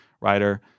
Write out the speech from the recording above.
writer